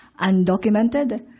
undocumented